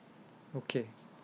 okay